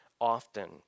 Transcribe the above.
often